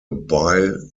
bile